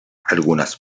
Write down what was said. algunas